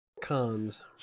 cons